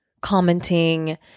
commenting